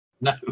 No